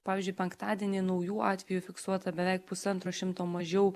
pavyzdžiui penktadienį naujų atvejų fiksuota beveik pusantro šimto mažiau